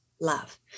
love